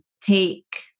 take